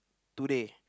today